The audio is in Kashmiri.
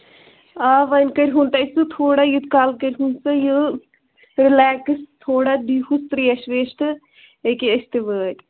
آ وۅنۍ کٔرۍہوٗن تُہۍ سُہ تھوڑا یوٚت کال کٔرۍہوٗن سُہ یہِ رِلٮ۪کٕس تھوڑا دِیٖہوٗس ترٛیش ویش تہٕ یہِ کہِ أسۍ تہِ وٲتۍ